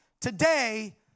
today